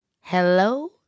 Hello